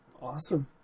Awesome